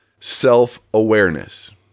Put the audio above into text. self-awareness